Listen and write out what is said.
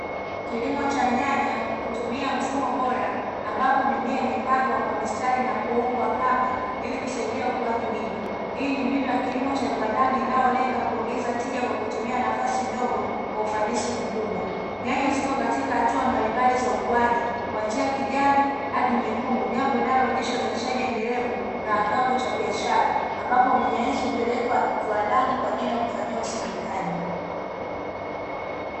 Kilimo cha nyanya kwa kutumia mfumo bora, ambapo mimea imepandwa kwa mistari na kufungwa kamba ili kusaidia ukuaji wima. Hii ni mbinu ya kilimo cha viwandani inayolenga kuongeza tija kwa kutumia nafasi ndogo kwa ufanisi mkubwa. Nyanya zipo katika hatua mbalimbali za ukuaji, kuanzia kijani hadi nyekundu. Ni jambo linaloonesha uzalishaji endelevu na wa kiwango cha biashara, ambapo nyanya hizo hupelekwa viwandani kwa ajili ya kufanyiwa usindikaji.